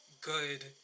good